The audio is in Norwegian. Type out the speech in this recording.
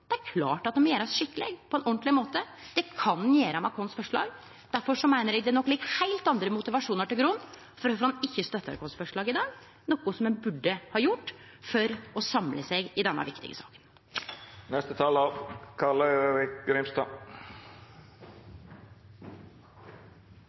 Det er klart at det må gjerast skikkeleg, på ein ordentleg måte. Det kan ein gjere med forslaget vårt. Difor meiner eg det nok ligg heilt andre motivasjonar til grunn for at ein ikkje støttar forslaget vårt i dag, noko ein burde ha gjort for å samle seg i denne viktige